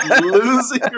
Losing